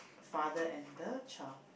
father and the child